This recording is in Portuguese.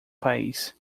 país